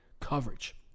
coverage